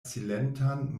silentan